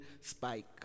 spike